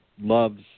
loves